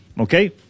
okay